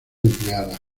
empleada